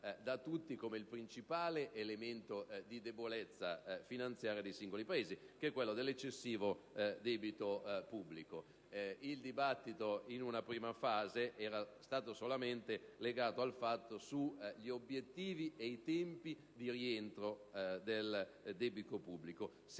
da tutti come il principale elemento di debolezza finanziario dei singoli Paesi: l'eccessivo debito pubblico. Il dibattito in una prima fase era stato legato solamente agli obiettivi e ai tempi di rientro del debito pubblico,